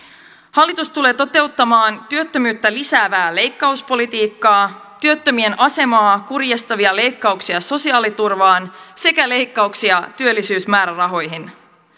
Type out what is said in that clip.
hallitus tulee toteuttamaan työttömyyttä lisäävää leikkauspolitiikkaa työttömien asemaa kurjistavia leikkauksia sosiaaliturvaan sekä leikkauksia työllisyysmäärärahoihin